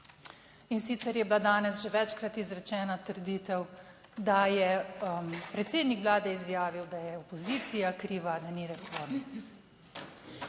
(nadaljevanje) večkrat izrečena trditev, da je predsednik Vlade izjavil, da je opozicija kriva, da ni reform.